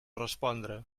respondre